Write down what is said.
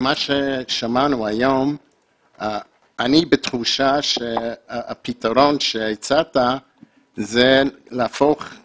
ממה ששמענו היום אני בתחושה שהפתרון שהצעת זה להפוך את